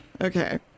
Okay